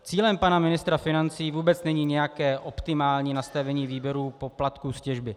Cílem pana ministra financí vůbec není nějaké optimální nastavení výběrů poplatků z těžby.